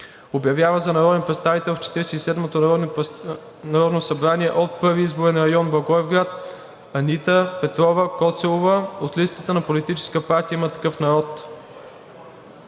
Обявява за народен представител в 47-то Народно събрание от Първи изборен район – Благоевград, Анита Петрова Коцелова, ЕГН…, от листата на политическа партия „Има такъв народ“.“